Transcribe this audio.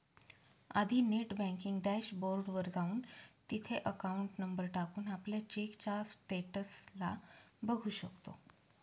आधी net banking dashboard वर जाऊन, तिथे अकाउंट नंबर टाकून, आपल्या चेकच्या स्टेटस ला बघू शकतो